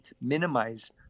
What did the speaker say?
minimize